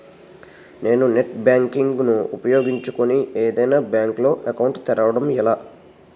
నేను net banking ను ఉపయోగించుకుని ఏదైనా బ్యాంక్ లో అకౌంట్ తెరవడం ఎలా?